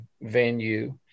venue